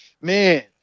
Man